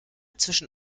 zwischen